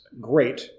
great